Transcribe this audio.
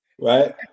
Right